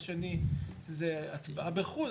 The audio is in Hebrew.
השני זה הצבעה בחו"ל,